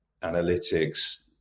analytics